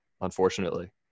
unfortunately